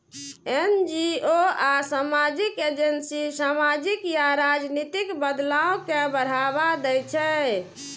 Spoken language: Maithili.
एन.जी.ओ आ सामाजिक एजेंसी सामाजिक या राजनीतिक बदलाव कें बढ़ावा दै छै